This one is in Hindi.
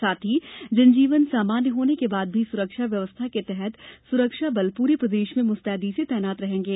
साथ ही जनजीवन सामान्य होने के बाद भी सुरक्षा व्यवस्था के तहत सुरक्षाबल पूरे प्रदेश में मुस्तैदी से तैनात रहेंगे